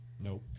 Nope